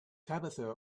tabitha